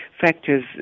factors